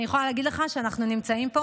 אני יכולה להגיד לך שאנחנו נמצאים פה